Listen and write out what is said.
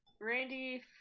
Randy